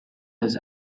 his